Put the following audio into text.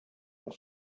and